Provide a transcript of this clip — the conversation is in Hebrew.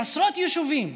עשרות יישובים.